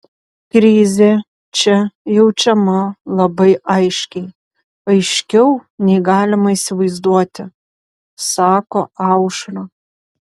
krizė čia jaučiama labai aiškiai aiškiau nei galima įsivaizduoti sako aušra